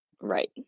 right